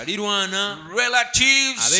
relatives